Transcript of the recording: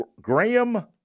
Graham